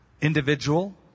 individual